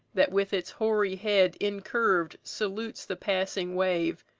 that with its hoary head incurv'd salutes the passing wave,